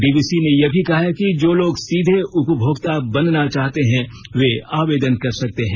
DVC ने यह भी कहा है कि जो लोग सीधे उपभोक्ता बनना चाहते हैं वे आवेदन कर सकते हैं